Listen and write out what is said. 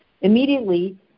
Immediately